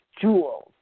jewels